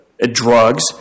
drugs